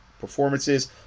performances